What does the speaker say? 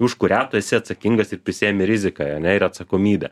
už kurią tu esi atsakingas ir prisiimi riziką ir atsakomybę